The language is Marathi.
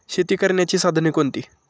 शेती करण्याची साधने कोणती?